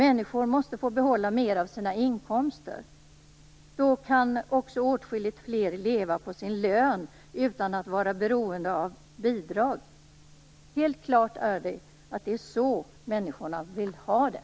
De måste få behålla mer av sina inkomster. Då kan också åtskilligt fler leva på sin lön utan att vara beroende av bidrag. Helt klart är att det är så människorna vill ha det.